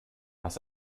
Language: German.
was